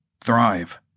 thrive